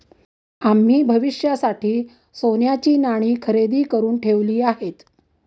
आम्ही भविष्यासाठी सोन्याची नाणी खरेदी करुन ठेवली आहेत